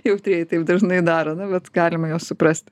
jautrieji taip dažnai daro na bet galima juos suprasti